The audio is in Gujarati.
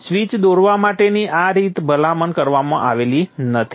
સ્વીચ દોરવા માટેની આ રીત ભલામણ કરવામાં આવેલી નથી